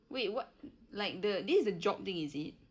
wait wha~ like the this the job thing is it